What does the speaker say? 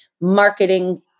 marketing